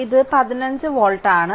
ഇത് 15 വോൾട്ട് ആണ്